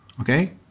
okay